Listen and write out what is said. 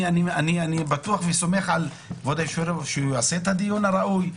אני בטוח וסומך על כבוד היושב-ראש שיעשה את הדיון הראוי,